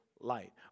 light